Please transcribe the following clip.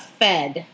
fed